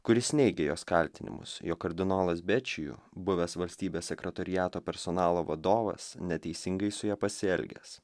kuris neigia jos kaltinimus jog kardinolas bečiju buvęs valstybės sekretoriato personalo vadovas neteisingai su ja pasielgęs